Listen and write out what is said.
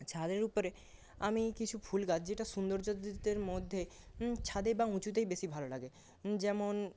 ছাদের উপরে আমি কিছু ফুলগাছ যেটা সৌন্দর্যের মধ্যে ছাদে বা উঁচুতেই বেশি ভালো লাগে যেমন